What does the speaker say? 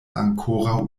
ankoraŭ